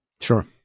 sure